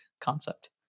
concept